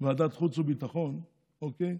ועדת חוץ וביטחון, אוקיי,